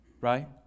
right